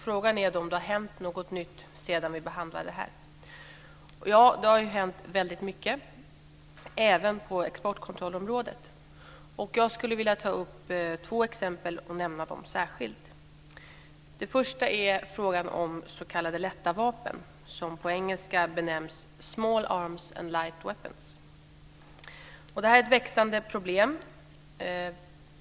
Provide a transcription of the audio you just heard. Frågan är om det har hänt något nytt sedan vi behandlade frågan sist. Det har hänt väldigt mycket även på exportkontrollområdet. Jag vill särskilt nämna två exempel. Det första är frågan om s.k. lätta vapen, som på engelska benämns small arms and light weapons. Det är ett växande problem.